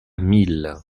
mille